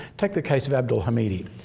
take the case of abdul hamidi.